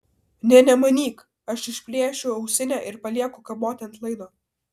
nė nemanyk aš išplėšiu ausinę ir palieku kaboti ant laido